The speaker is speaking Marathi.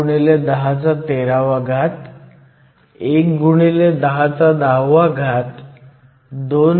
4 x 1013 1 x 1010 2